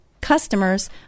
customers